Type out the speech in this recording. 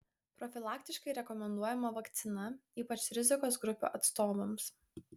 profilaktiškai rekomenduojama vakcina ypač rizikos grupių atstovams